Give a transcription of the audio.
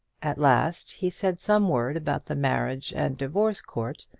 at last he said some word about the marriage and divorce court,